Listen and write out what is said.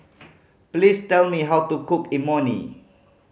please tell me how to cook Imoni